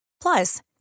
Plus